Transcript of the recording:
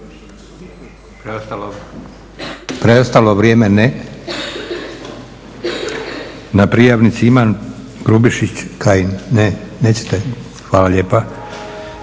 Preostalo vrijeme ne? Na prijavnici imam Grubišić-Kajin, ne, nećete? Hvala lijepa.